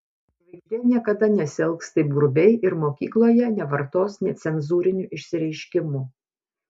žvaigždė niekada nesielgs taip grubiai ir mokykloje nevartos necenzūrinių išsireiškimų